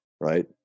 right